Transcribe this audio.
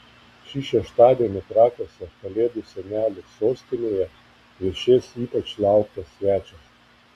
šį šeštadienį trakuose kalėdų senelių sostinėje viešės ypač lauktas svečias